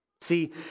See